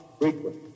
frequent